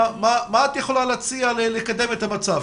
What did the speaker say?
מה את יכולה להציע כדי לקדם את המצב?